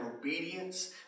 obedience